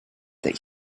that